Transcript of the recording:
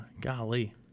Golly